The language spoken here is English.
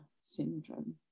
syndrome